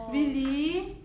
really